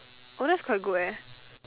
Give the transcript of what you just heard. oh that's quite good eh